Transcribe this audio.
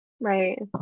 right